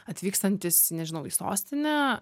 atvykstantis nežinau į sostinę